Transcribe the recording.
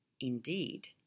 indeed